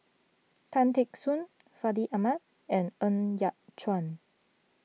Tan Teck Soon Fandi Ahmad and Ng Yat Chuan